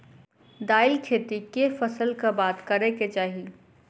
दालि खेती केँ फसल कऽ बाद करै कऽ चाहि?